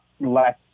less